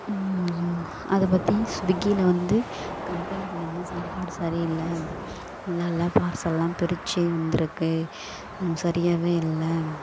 அதை பற்றி ஸ்விகியில் வந்து கம்ப்ளைன்ட் பண்ணியிருந்தேன் சாப்பாடு சரியில்லை நல்லாயில்ல பார்சலெலாம் பிரித்து வந்திருக்கு சரியாகவே இல்லை